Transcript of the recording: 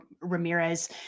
Ramirez